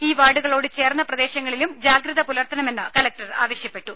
ഈ വാർഡുകളോട് ചേർന്ന പ്രദേശങ്ങളിലും ജാഗ്രത പുലർത്തണമെന്ന് കലക്ടർ ആവശ്യപ്പെട്ടു